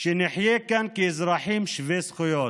שנחיה כאן כאזרחים שווי זכויות.